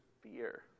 fear